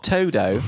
Todo